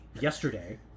yesterday